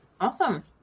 Awesome